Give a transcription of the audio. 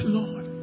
lord